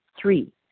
Three